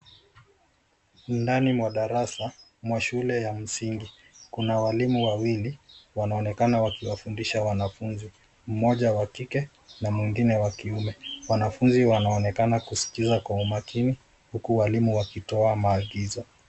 Ndani mwa darasa mwa shule ya msingi kuna walimu wawili wanaonekana wakiwafundisha wanafunzi, moja wa kike na mwingine wa kiume. Wanafunzi wanaonekana kuskiza kwa umakini huku walimu wakitoa maagizo.